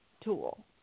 tool